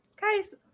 guys